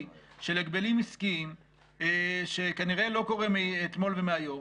של הגבלים עסקים שכנראה לא קורה מאתמול ומהיום.